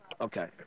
Okay